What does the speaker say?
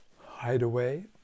hideaway